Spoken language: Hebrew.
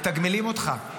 מתגמלים אותך.